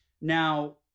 now